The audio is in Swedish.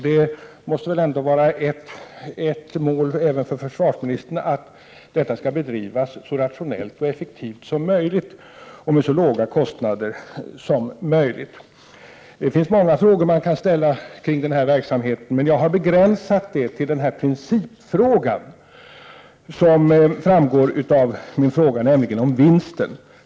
Det måste vara ett mål även för försvarsministern att verksamheten skall bedrivas så rationellt och effektivt som möjligt och till så låga kostnader som möjligt. Det finns många frågor att ställa om denna verksamhet, men jag har begränsat mig till principfrågan, nämligen om vinsten.